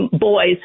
Boys